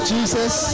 Jesus